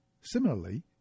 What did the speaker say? Similarly